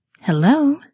Hello